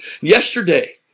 Yesterday